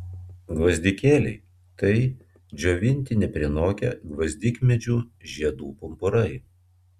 gvazdikėliai tai džiovinti neprinokę gvazdikmedžių žiedų pumpurai